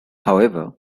however